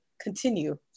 continue